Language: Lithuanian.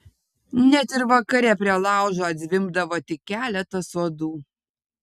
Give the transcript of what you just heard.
net ir vakare prie laužo atzvimbdavo tik keletas uodų